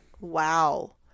wow